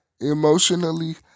Emotionally